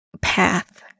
path